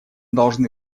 должны